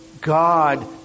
God